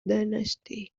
dynasty